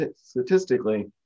statistically